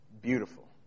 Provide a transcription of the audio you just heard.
beautiful